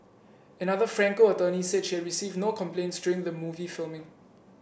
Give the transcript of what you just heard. another Franco attorney said she had received no complaints during the movie filming